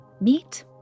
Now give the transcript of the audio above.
Meet